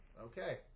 Okay